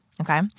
Okay